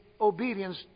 obedience